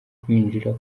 kwinjira